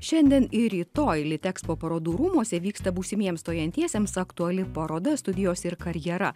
šiandien ir rytoj litexpo parodų rūmuose vyksta būsimiems stojantiesiems aktuali paroda studijos ir karjera